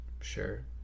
Sure